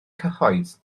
cyhoedd